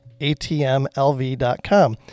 ATMLV.com